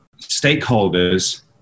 stakeholders